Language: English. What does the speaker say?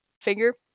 finger